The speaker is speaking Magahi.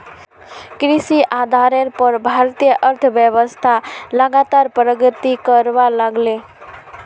कृषि आधारेर पोर भारतीय अर्थ्वैव्स्था लगातार प्रगति करवा लागले